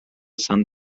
san